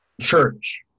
church